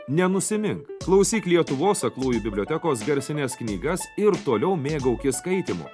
nenusimink klausyk lietuvos aklųjų bibliotekos garsines knygas ir toliau mėgaukis skaitymu